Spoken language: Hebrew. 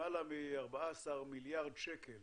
למעלה מ-14 מיליארד שקל